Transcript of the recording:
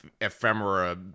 ephemera